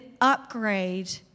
upgrade